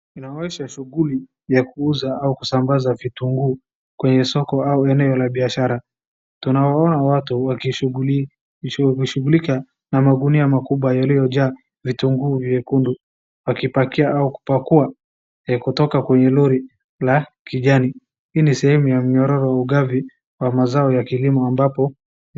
Inaonyesha shughuli ya kuuza au kusambaza vitunguu kwenye soko au eneo la biashara. Tunawaona watu wakishughulika na magunia makubwa yaliyo jaa vitunguu vyekundu wakipakia au kupakua kutoka kwenye lori la kijani. Hii ni sehemu ya mnyororo wa ugavi wa mazao ya kilimo ambapo.